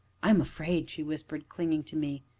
i am afraid! she whispered, clinging to me,